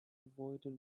avoided